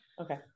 okay